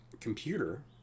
computer